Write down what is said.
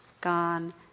gone